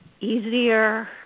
easier